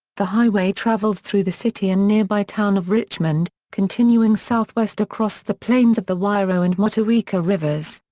the highway travels through the city and nearby town of richmond, continuing southwest across the plains of the wairoa and motueka rivers.